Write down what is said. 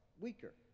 weaker